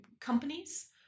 companies